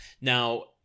Now